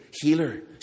healer